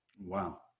Wow